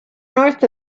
north